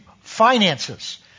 finances